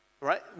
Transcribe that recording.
Right